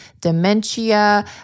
dementia